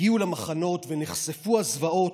הגיעו למחנות ונחשפו הזוועות,